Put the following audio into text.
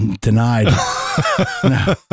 denied